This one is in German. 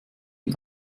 den